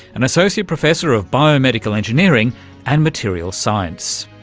an associate professor of biomedical engineering and material science.